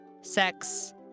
sex